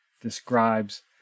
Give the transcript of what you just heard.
describes